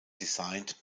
designed